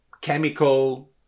chemical